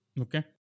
Okay